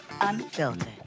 Unfiltered